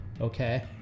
Okay